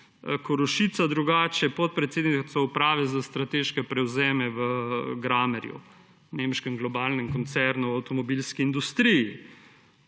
Korošica, podpredsednica uprave za strateške prevzeme v Grammerju, nemškem globalnem koncernu v avtomobilski industriji.